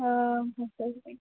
ସେଇଥିପାଇଁ